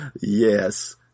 Yes